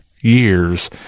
years